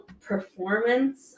performance